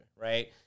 right